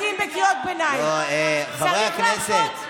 חבר הכנסת סעדה.